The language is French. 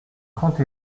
trente